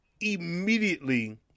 immediately